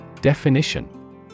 Definition